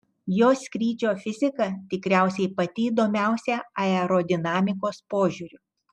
jo skrydžio fizika tikriausiai pati įdomiausia aerodinamikos požiūriu